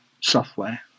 software